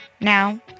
Now